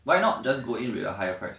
why not just go in with a higher price